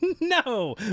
No